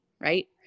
right